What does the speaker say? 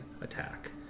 attack